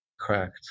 Correct